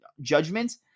judgments